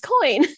coin